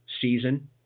season